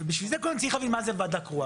ובשביל זה קודם כל צריך להבין מה זה ועדה קרואה.